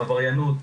עבריינות,